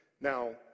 Now